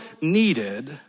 needed